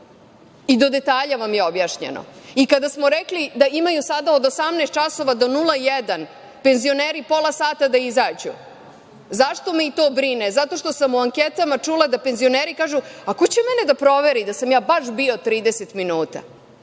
i do detalja vam je objašnjeno. Kada smo rekli da imaju sada od 18 časova od 01 čas penzioneri pola sata da izađu, zašto me i to brine? Zato što sam u anketama čula da penzioneri kažu – a, ko će mene da proveri da sam ja baš bio 30 minuta.